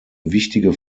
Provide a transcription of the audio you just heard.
wichtige